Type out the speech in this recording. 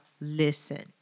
listen